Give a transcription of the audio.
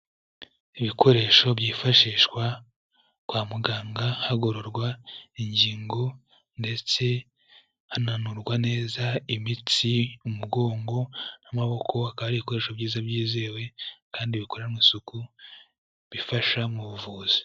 Ibikoresho byifashishwa kwa muganga hagororwa ingingo ndetse hananurwa neza imitsi, umugongo n'amaboko, akaba ari ibikoresho byiza, byizewe kandi bikoranwe isuku, bifasha mu buvuzi.